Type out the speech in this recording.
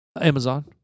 Amazon